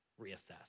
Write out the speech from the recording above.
reassess